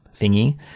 thingy